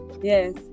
Yes